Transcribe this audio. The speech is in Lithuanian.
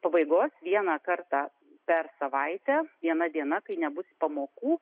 pabaigos vieną kartą per savaitę viena diena kai nebus pamokų